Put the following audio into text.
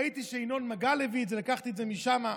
ראיתי שינון מגל הביא את זה, לקחתי את זה משם: